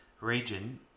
region